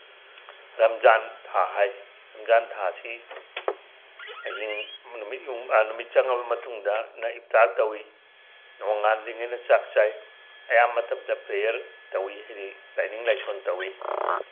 ꯔꯝꯖꯥꯟ ꯊꯥ ꯍꯥꯏ ꯔꯝꯖꯥꯟ ꯊꯥꯁꯤ ꯑꯍꯤꯡ ꯅꯨꯃꯤꯠ ꯅꯨꯃꯤꯠ ꯆꯪꯉꯕ ꯃꯇꯨꯡꯗꯅ ꯏꯐꯇꯥꯔ ꯇꯧꯋꯤ ꯅꯣꯡ ꯉꯥꯟꯗ꯭ꯔꯤꯉꯩꯗ ꯆꯥꯛ ꯆꯥꯏ ꯑꯌꯥꯝꯕ ꯃꯇꯝꯗ ꯄ꯭ꯔꯦꯌꯥꯔ ꯇꯧꯋꯤ ꯍꯥꯏꯗꯤ ꯂꯥꯏꯅꯤꯡ ꯂꯥꯏꯁꯣꯟ ꯇꯧꯋꯤ